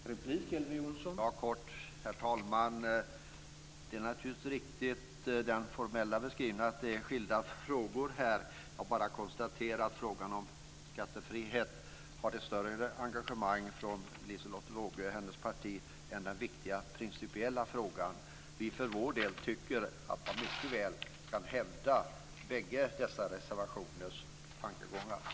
Herr talman! Helt kort: Uttalandet om att detta är skilda frågor är naturligtvis formellt riktigt. Jag konstaterar bara att Liselotte Wågö och hennes parti visar större engagemeng i frågan om skattefrihet än i den viktiga principiella frågan. Vi tycker för vår del att man mycket väl kan hävda tankegångarna både i reservation 1 och i reservation 2.